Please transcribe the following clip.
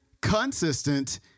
consistent